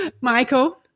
Michael